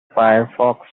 firefox